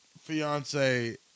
fiance